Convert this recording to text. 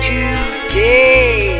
Today